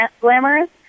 glamorous